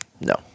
No